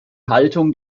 haltung